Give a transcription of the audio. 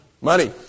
Money